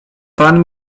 pan